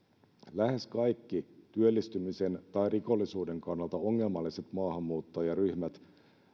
lähes kaikki työllistymisen tai rikollisuuden kannalta ongelmalliset maahanmuuttajaryhmät